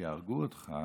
כשיהרגו אותך,